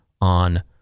on